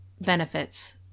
benefits